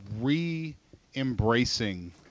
re-embracing